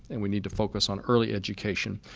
and we need to focus on early education.